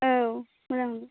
औ मोजां